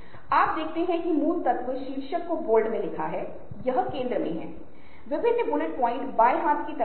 क्योंकि आप देखते हैं कि यह वह जगह है जहां उन्हें उत्पादों के बारे में बहुत सारी